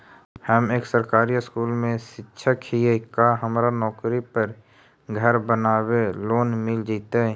हम एक सरकारी स्कूल में शिक्षक हियै का हमरा नौकरी पर घर बनाबे लोन मिल जितै?